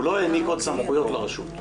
הוא לא העניק עוד סמכויות לרשות.